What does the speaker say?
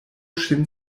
ŝin